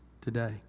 today